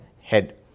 head